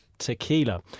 tequila